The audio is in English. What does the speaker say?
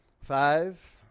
Five